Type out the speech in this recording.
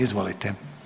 Izvolite.